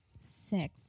Sick